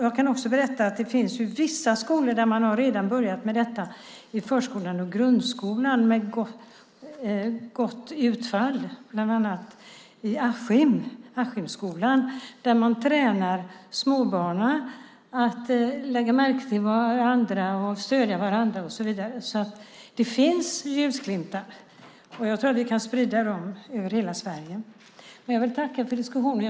Jag kan också berätta att det finns vissa skolor där man redan har börjat med detta i förskolan och grundskolan med gott utfall. Det gäller bland annat Askimsskolan där man tränar småbarnen att lägga märke till och stödja varandra och så vidare. Det finns ljusglimtar, och vi kan sprida dem över hela Sverige. Jag vill tacka för diskussionen.